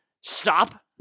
stop